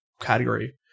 category